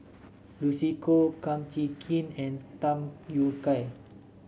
Lucy Koh Kum Chee Kin and Tham Yui Kai